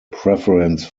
preference